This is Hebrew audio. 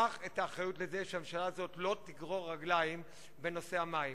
קח את האחריות לכך שהממשלה הזאת לא תגרור רגליים בנושא המים.